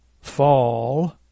fall